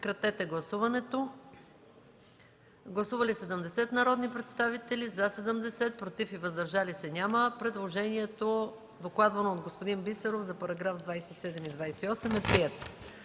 Моля, гласувайте. Гласували 70 народни представители: за 70, против и въздържали се няма. Предложението, докладвано от господин Бисеров за § 27 и § 28, е прието.